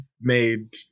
made